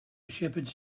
shepherds